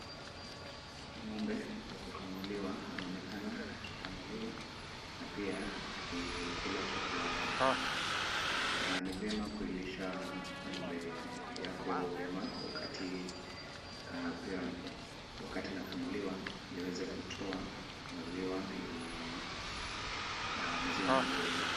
Ng'ombe wa kukamuliwa anaonekana akikamuliwa na pia akikula chakula yake na ni vyema kulisha ng'ombe yako vyema wakati inakamuliwa, iweze kutoa maziwa yenye, maziwa mazuri.